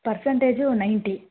percentage ninety